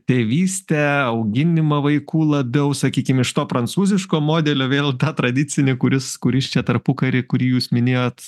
tėvystę auginimą vaikų labiau sakykim iš to prancūziško modelio vėl į ta tradicinį kuris kuris čia tarpukary kurį jūs minėjot